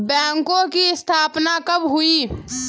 बैंकों की स्थापना कब हुई?